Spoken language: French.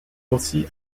aussi